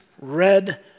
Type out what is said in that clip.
red